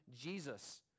Jesus